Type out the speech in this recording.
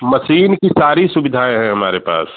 machine कि सारी सुविधाएँ हैं हमारे पास